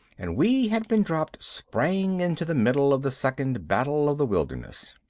and we had been dropped spang into the middle of the second battle of the wilderness.